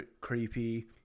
creepy